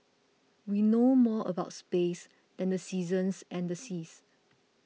we know more about space than the seasons and the seas